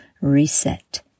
reset